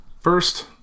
first